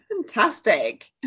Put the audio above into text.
Fantastic